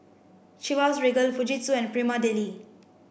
Chivas Regal Fujitsu and Prima Deli